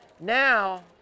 Now